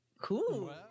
Cool